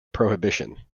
prohibition